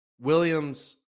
Williams